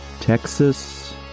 Texas